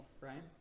right